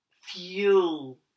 fuel